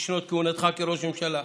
בשנות כהונתך כראש ממשלה.